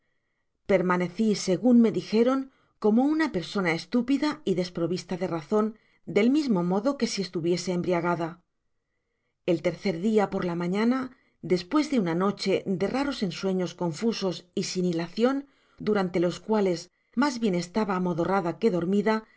permaneci segun me dijeron como una persona estúpida y desprovista de razon del mismo modo que si estuviese embriagada el tercer dia por la mañana despues de una noche de raros ensueños confusos y sin hilacion durante los cuales mas bien estaba amodorrada que dormida